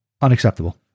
unacceptable